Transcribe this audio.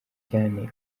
cyane